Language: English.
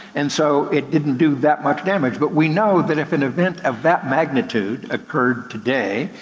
and so it didn't do that much damage. but we know that if an event of that magnitude occurred today,